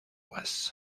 uvas